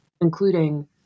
including